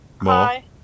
Hi